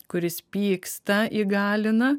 kuris pyksta įgalina